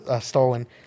stolen